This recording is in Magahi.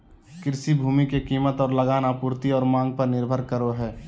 कृषि भूमि के कीमत और लगान आपूर्ति और मांग पर निर्भर करो हइ